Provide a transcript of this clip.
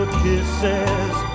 kisses